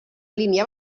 línia